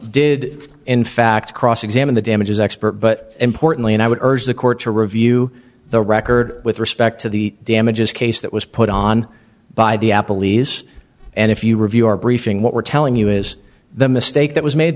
did in fact cross examine the damages expert but importantly and i would urge the court to review the record with respect to the damages case that was put on by the apple e's and if you review our briefing what we're telling you is the mistake that was made